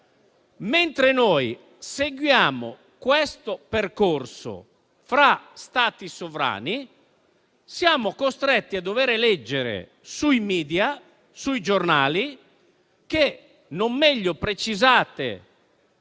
Mentre noi seguiamo questo percorso fra Stati sovrani, siamo costretti a dover leggere sui *media* e sui giornali che non meglio precisati